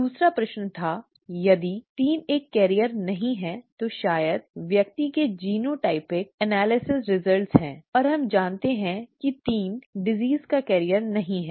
दूसरा प्रश्न था यदि 3 एक वाहक नहीं है तो शायद व्यक्ति के जीनोटाइपिक विश्लेषण परिणाम हैं और हम जानते हैं कि 3 रोग का वाहक नहीं है